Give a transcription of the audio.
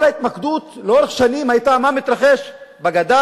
כל ההתמקדות לאורך שנים היתה מה מתרחש בגדה,